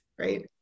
Right